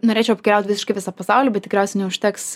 norėčiau apkeliaut visiškai visą pasaulį bet tikriausiai neužteks